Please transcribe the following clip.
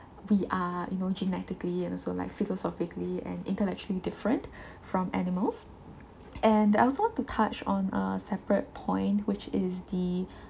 we are you know genetically and also like philosophically and intellectually different from animals and I also want to touch on uh separate point which is the